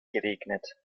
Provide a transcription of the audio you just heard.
geregnet